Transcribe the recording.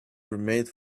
remained